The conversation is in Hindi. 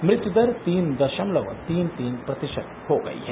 मृत्यु दर तीन दशमलव तीन तीन प्रतिशत हो गई है